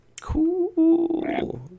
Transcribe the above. Cool